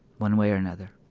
one way or another